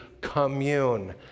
commune